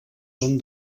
són